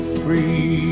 free